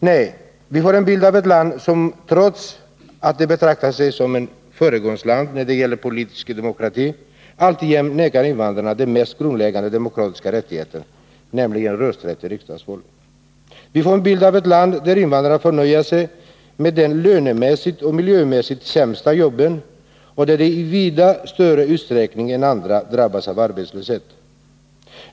Nej, vi får bilden av ett land som trots att det betraktar sig som ett föregångsland när det gäller politisk demokrati alltjämt nekar invandrarna den mest grundläggande demokratiska rättigheten, nämligen rösträtt i riksdagsval. Vi får bilden av ett land där invandrarna får nöja sig med de lönemässigt och miljömässigt sämsta jobben och där de i vida större utsträckning än andra drabbas av arbetslöshet.